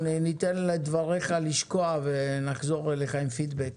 ניתן לדבריך לשקוע ונחזור אליך עם פידבק.